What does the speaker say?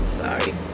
Sorry